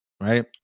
right